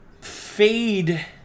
Fade